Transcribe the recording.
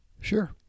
Sure